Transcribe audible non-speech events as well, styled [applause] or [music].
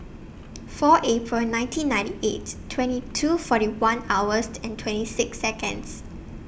four April nineteen ninety eight twenty two forty one hours [unintelligible] and twenty six Seconds